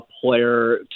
player